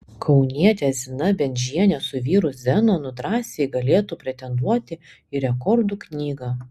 kaunietė zina bendžienė su vyru zenonu drąsiai galėtų pretenduoti į rekordų knygą